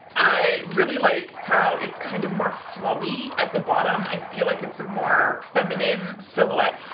i really like how it's kind of more flowy at the bottom. i feel like it's a more feminine silhouette.